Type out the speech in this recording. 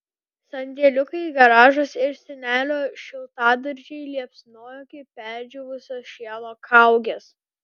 sandėliukai garažas ir senelio šiltadaržiai liepsnojo kaip perdžiūvusio šieno kaugės